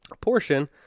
portion